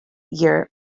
year